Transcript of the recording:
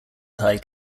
tie